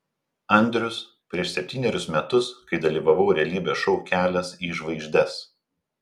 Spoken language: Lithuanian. andrius prieš septynerius metus kai dalyvavau realybės šou kelias į žvaigždes